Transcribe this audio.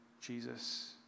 Jesus